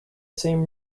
same